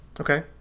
Okay